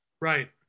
Right